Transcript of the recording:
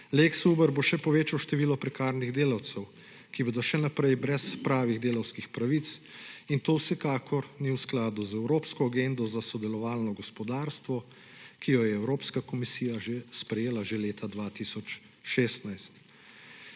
Lex Uber bo še povečal število prekarnih delavcev, ki bodo še naprej brez pravih delavskih pravic in to vsekakor ne v skladu z evropsko agendo za sodelovalno gospodarstvo, ki jo je evropska komisija sprejela že leta 2016.